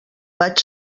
vaig